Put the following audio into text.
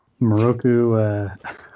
Moroku